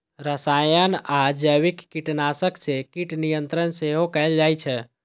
रसायन आ जैविक कीटनाशक सं कीट नियंत्रण सेहो कैल जाइ छै